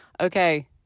okay